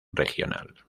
regional